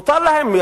מותר להם.